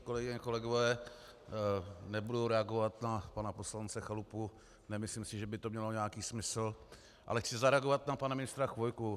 Kolegyně a kolegové, nebudu reagovat na pana poslance Chalupu, nemyslím si, že by to mělo nějaký smysl, ale chci zareagovat na pana ministra Chvojku.